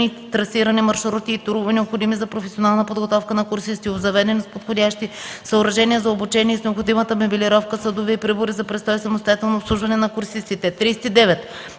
трасирани маршрути и турове, необходими за професионална подготовка на курсисти. Обзаведен е с подходящи съоръжения за обучение и с необходимата мебелировка, съдове и прибори за престой и самостоятелно обслужване на курсистите.